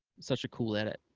such a cool edit.